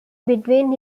between